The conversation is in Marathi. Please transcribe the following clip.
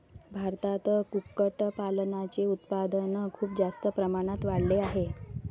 भारतात कुक्कुटपालनाचे उत्पादन खूप जास्त प्रमाणात वाढले आहे